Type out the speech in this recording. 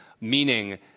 meaning